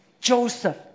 Joseph